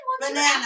banana